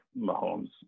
Mahomes